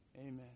amen